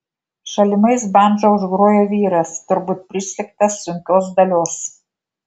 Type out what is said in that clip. šalimais bandža užgrojo vyras turbūt prislėgtas sunkios dalios